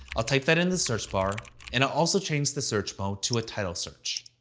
i'll type that in the search bar and i'll also change the search mode to a title search.